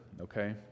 okay